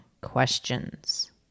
questions